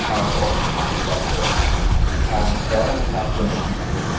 ஆ ஓகேங்க நாங்கள் பார்த்துக்குறோம் எவ்வளோங்க சார்ஜ் பண்ணுறீங்க இதுக்கு